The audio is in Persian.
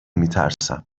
میترسم